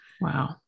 Wow